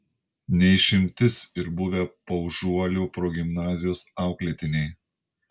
ne išimtis ir buvę paužuolių progimnazijos auklėtiniai